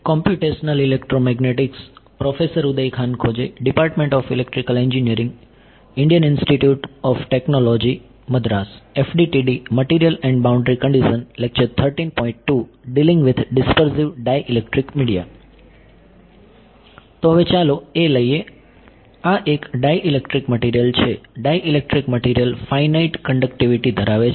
તો હવે ચાલો a લઈએ આ એક ડાઇલેક્ટ્રિક મટિરિયલ છે ડાઇલેક્ટ્રિક મટિરિયલ ફાઇનઇટ કંડકટીવિટી ધરાવે છે